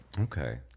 Okay